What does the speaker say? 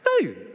No